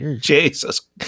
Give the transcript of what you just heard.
Jesus